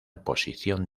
posición